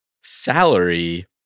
salary